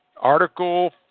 Article